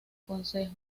consejo